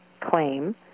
claim